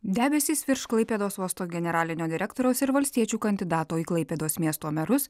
debesys virš klaipėdos uosto generalinio direktoriaus ir valstiečių kandidato į klaipėdos miesto merus